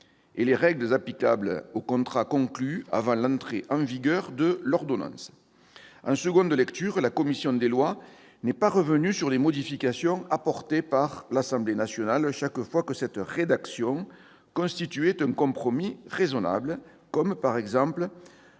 ; les règles applicables aux contrats conclus avant l'entrée en vigueur de l'ordonnance. En deuxième lecture, la commission des lois n'est pas revenue sur les modifications apportées par l'Assemblée nationale chaque fois que cette rédaction constituait un compromis raisonnable, comme en matière